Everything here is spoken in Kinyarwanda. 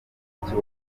umuziki